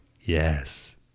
Yes